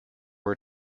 were